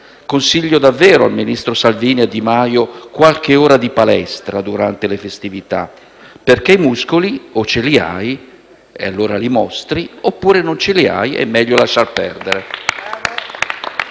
consiglio davvero ai ministri Salvini e Di Maio qualche ora di palestra durante le festività, perché i muscoli o li hai, e allora li mostri, oppure non li hai ed allora è meglio lasciar perdere.